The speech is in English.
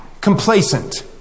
complacent